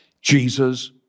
Jesus